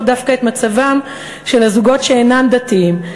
דווקא את מצבם של הזוגות שאינם דתיים,